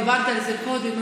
דיברתי על זה קודם,